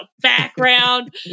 background